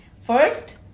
First